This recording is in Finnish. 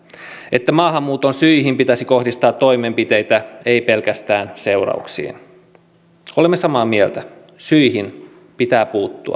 että maahanmuuton syihin pitäisi kohdistaa toimenpiteitä ei pelkästään seurauksiin olemme samaa mieltä syihin pitää puuttua